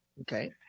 Okay